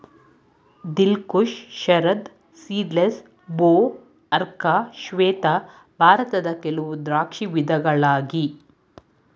ದಿಲ್ Khush, Sharad seedless, ಭೋ, ಅರ್ಕ ಶ್ವೇತ ಭಾರತದ ಕೆಲವು ದ್ರಾಕ್ಷಿ ವಿಧಗಳಾಗಿ